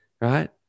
right